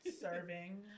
Serving